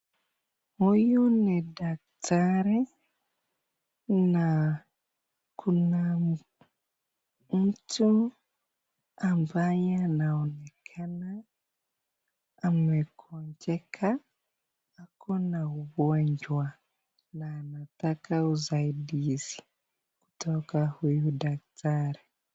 Huyu ni daktari na kuna mtu ambaye anaonekana amegonjeka ako na ugonjwa na anataka usaidizi kutoka huyu daktari.